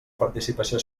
participació